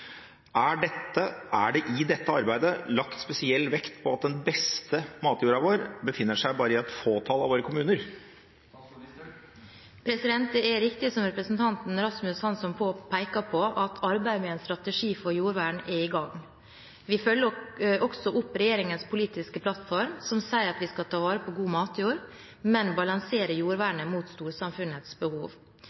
Er det i dette arbeidet lagt vekt på at den beste matjorda befinner seg i et fåtall av våre kommuner?» Det er riktig som representanten Rasmus Hansson peker på, at arbeidet med en strategi for jordvern er i gang. Vi følger også opp regjeringens politiske plattform, som sier at vi skal ta vare på god matjord, men balansere jordvernet mot storsamfunnets behov.